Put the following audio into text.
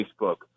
Facebook